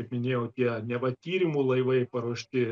kaip minėjau tie neva tyrimų laivai paruošti